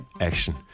action